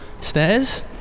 stairs